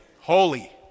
Holy